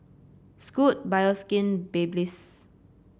Scoot Bioskin Babyliss